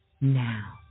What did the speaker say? now